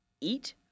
eat